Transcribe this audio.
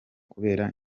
kubera